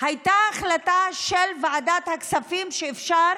הייתה החלטה של ועדת הכספים שאפשר,